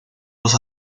dos